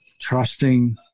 trusting